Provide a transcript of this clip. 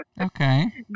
Okay